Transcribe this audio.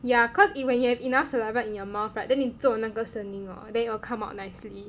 ya because you when you have enough saliva in your mouth right then 你做那个声音 hor then it will come out nicely